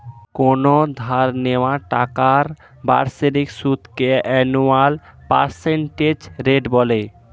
কোনো ধার নেওয়া টাকার বাৎসরিক সুদকে অ্যানুয়াল পার্সেন্টেজ রেট বলে